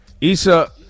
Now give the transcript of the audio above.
Issa